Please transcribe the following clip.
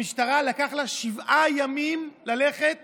המשטרה, לקח לה שבעה ימים ללכת